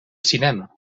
cinema